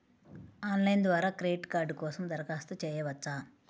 Online ద్వారా credit card కోసం దరఖాస్తు చేయవచ్చా?